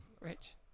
Rich